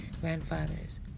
grandfathers